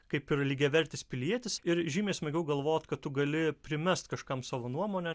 kaip ir lygiavertis pilietis ir žymiai smagiau galvot kad tu gali primest kažkam savo nuomonę